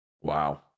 Wow